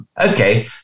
okay